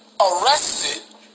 arrested